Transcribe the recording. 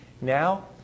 Now